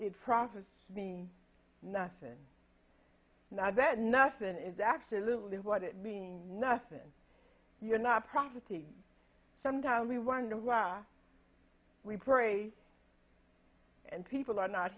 it profit me nothing now that nothing is absolutely what it means nothing you are not property sometimes we wonder why we pray and people are not